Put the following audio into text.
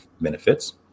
benefits